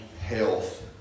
health